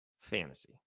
fantasy